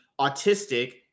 autistic